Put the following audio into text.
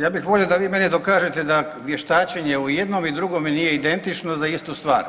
Ja bih volio da vi meni dokažete da vještačenje u jednome i drugome nije identično za istu stvar